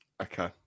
Okay